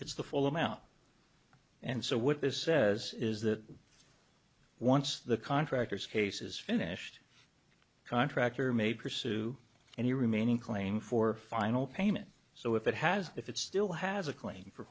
it's the full amount and so what is says is that once the contractor's case is finished a contractor may pursue any remaining claim for final payment so if it has if it still has a claim for